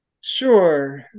Sure